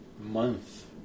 month